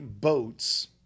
boats